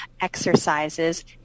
Exercises